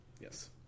Yes